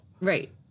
Right